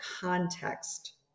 context